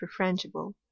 refrangible